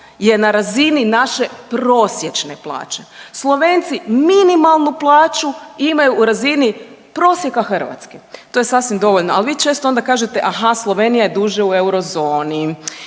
je na razini naše prosječne plaće. Slovenci minimalnu plaću imaju u razini prosjeka Hrvatske. To je sasvim dovoljno. Ali vi često onda kažete aha Slovenija je duže u eurozoni.